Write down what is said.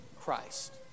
Christ